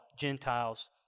Gentiles